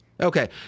Okay